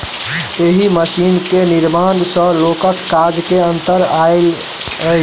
एहि मशीन के निर्माण सॅ लोकक काज मे अन्तर आयल अछि